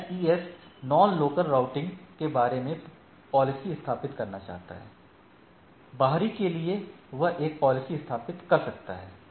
ASes non local routing के बारे में पॉलिसी स्थापित करना चाहता है बाहरी के लिए वह एक पॉलिसी स्थापित कर सकता है